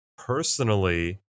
personally